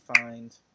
find